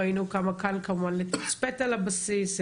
ראינו כמה קל כמובן לתצפת על הבסיס,